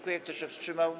Kto się wstrzymał?